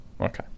Okay